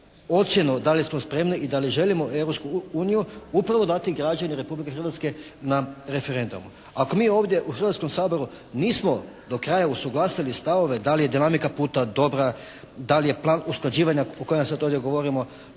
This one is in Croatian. ocjenu da li smo spremni i da li želimo u Europsku uniju pravo dati građani Republike Hrvatske na referendumu. Ako mi ovdje u Hrvatskom saboru nismo do kraja usuglasili stavove da li je dinamika puta dobra, da li je plan usklađivanja o kojem sada ovdje govorimo